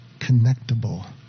connectable